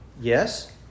Yes